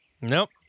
Nope